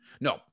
No